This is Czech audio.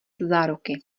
záruky